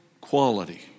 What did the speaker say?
quality